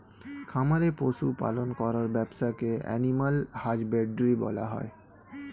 খামারে পশু পালন করার ব্যবসাকে অ্যানিমাল হাজবেন্ড্রী বলা হয়